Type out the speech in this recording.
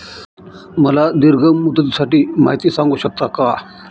मला दीर्घ मुदतीसाठी माहिती सांगू शकता का?